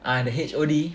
ah the H_O_D